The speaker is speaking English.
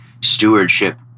stewardship